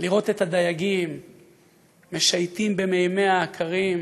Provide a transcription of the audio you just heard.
לראות את הדייגים משייטים במימיה הקרים,